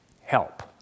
Help